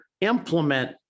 implement